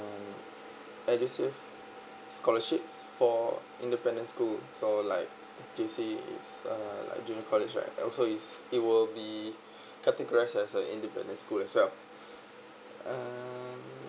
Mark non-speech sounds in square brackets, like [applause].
and edusave scholarships for independent school so like JC uh like junior college right also is it will be categorized as an independent school as well [breath] uh